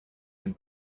and